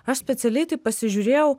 aš specialiai taip pasižiūrėjau